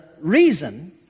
reason